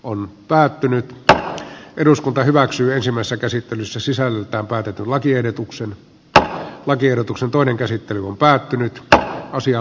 on päättynyt tai eduskunta hyväksyy ensimmäistä käsittelyssä sisällyttää päätetyn lakiehdotuksen että lakiehdotuksen toinen käsittely on päättynyt ja asia